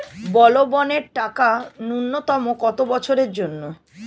বলবনের টাকা ন্যূনতম কত বছরের জন্য?